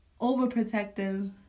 overprotective